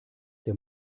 der